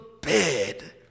bed